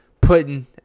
putting